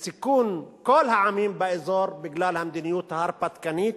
וסיכון כל העמים באזור בגלל המדיניות ההרפתקנית.